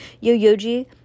Yo-Yoji